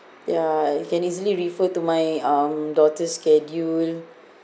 ya can easily refer to my um daughter's schedule